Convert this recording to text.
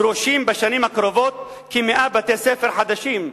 דרושים בשנים הקרובות כ-100 בתי-ספר חדשים,